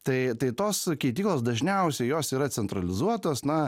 tai tai tos keityklos dažniausiai jos yra centralizuotos na